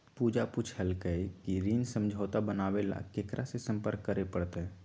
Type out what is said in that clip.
पूजा पूछल कई की ऋण समझौता बनावे ला केकरा से संपर्क करे पर तय?